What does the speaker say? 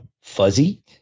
fuzzy